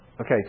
Okay